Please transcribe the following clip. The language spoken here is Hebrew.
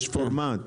יש פורמט.